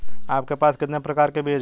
आपके पास कितने प्रकार के बीज हैं?